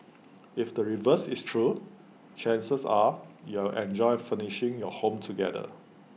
if the reverse is true chances are you'll enjoy furnishing your home together